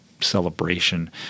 celebration